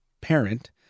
parent